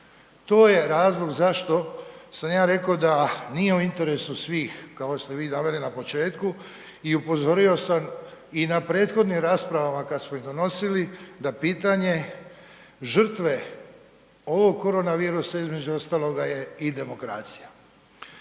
To je razlog zašto sam ja rekao da nije u interesu svih kao što ste vi naveli na početku i upozorio sam i na prethodnim raspravama kad smo ih donosili da pitanje žrtve ovog korona virusa između ostaloga je i demokracija.